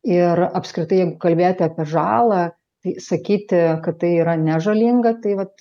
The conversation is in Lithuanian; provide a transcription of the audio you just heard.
ir apskritai jeigu kalbėti apie žalą tai sakyti kad tai yra nežalinga tai vat